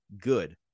good